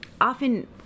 often